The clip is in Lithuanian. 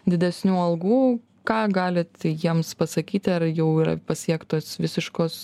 didesnių algų ką galit jiems pasakyti ar jau yra pasiektos visiškos